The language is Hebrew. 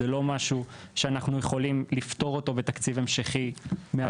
זה לא משהו שאנחנו יכולים לפתור אותו בתקציב המשכי מהיום למחר.